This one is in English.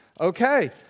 Okay